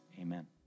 Amen